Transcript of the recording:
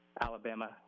Alabama